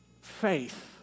faith